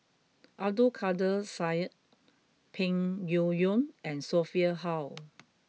Abdul Kadir Syed Peng Yuyun and Sophia Hull